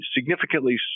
significantly